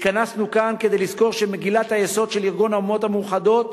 התכנסנו כאן כדי לזכור שמגילת היסוד של ארגון האומות המאוחדות,